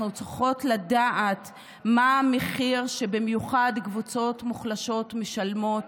אנחנו צריכות לדעת מה המחיר שקבוצות מוחלשות במיוחד משלמות